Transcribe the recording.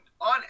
on